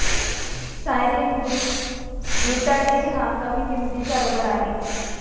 styrene butadiene हा कमी किंमतीचा रबर आहे